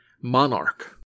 monarch